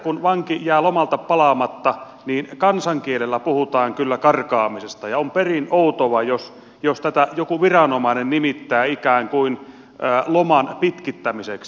kun vanki jää lomalta palaamatta niin kansan kielellä puhutaan kyllä karkaamisesta ja on perin outoa jos tätä joku viranomainen nimittää ikään kuin loman pitkittämiseksi